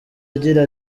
agira